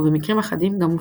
ובמקרים אחדים אף